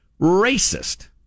racist